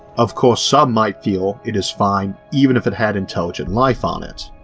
of course some might feel it is fine even if it had intelligent life on it.